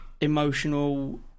emotional